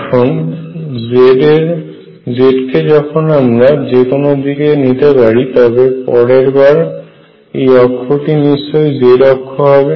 এখন z কে যখন আমরা যে কোনো দিকে নিতে পারি তবে পরের বার এই অক্ষ টি নিশ্চয় z অক্ষ হবে